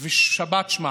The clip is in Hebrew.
ושבת שמה